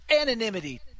anonymity